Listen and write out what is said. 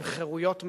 עם חירויות מלאות.